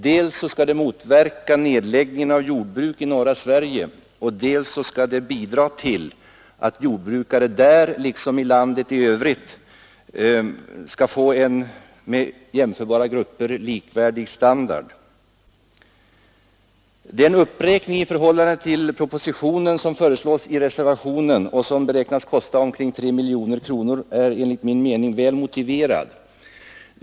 Dels skall det motverka nedläggningen av jordbruk i norra Sverige, dels skall det bidra till att jordbrukare där lika väl som i landet i övrigt skall få en med jämförbara grupper likvärdig standard. Den uppräkning i förhållande till propositionen som föreslås i reservationen och som beräknas kosta 3 miljoner kronor är enligt min mening väl motiverad.